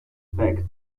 back